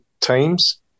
teams